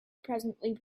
presently